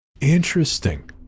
Interesting